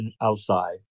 outside